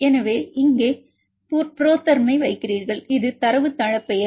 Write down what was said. எனவே நீங்கள் இங்கே புரோதெர்ம் ஐ வைக்கிறீர்கள் இது தரவுத்தள பெயர்